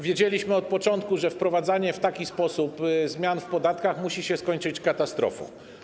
Wiedzieliśmy od początku, że wprowadzanie w taki sposób zmian w podatkach musi się skończyć katastrofą.